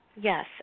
Yes